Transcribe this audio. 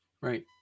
Right